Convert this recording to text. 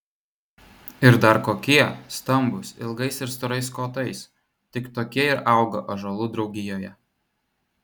ir dar kokie stambūs ilgais ir storais kotais tik tokie ir auga ąžuolų draugijoje